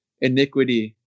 iniquity